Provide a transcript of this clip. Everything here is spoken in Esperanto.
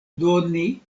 doni